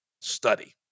study